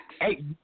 Hey